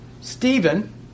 Stephen